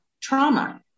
trauma